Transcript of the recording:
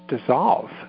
dissolve